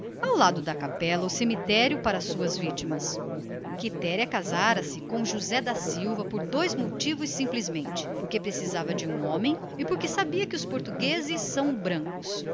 ao lado da capela o cemitério das suas vítimas casara com josé da silva por dois motivos simplesmente porque precisava de um homem e ali não havia muito onde escolher e porque lhe diziam que os portugueses são brancos